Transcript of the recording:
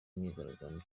imyigaragambyo